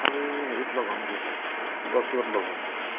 আমি হেৰিত লগ হ'ম দিয়ক গড়চুকত লগ হ'ম